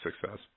success